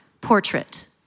portrait